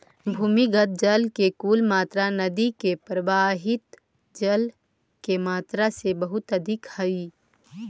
भूमिगत जल के कुल मात्रा नदि में प्रवाहित जल के मात्रा से बहुत अधिक हई